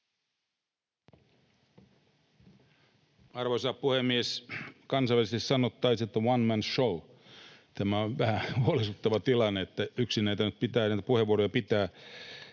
Arvoisa puhemies! Kansainvälisesti sanottaisiin, että tämä on one-man show — tämä on vähän huolestuttava tilanne, että yksin näitä puheenvuoroja pitää